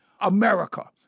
America